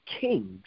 kings